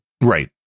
Right